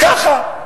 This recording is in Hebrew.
ככה.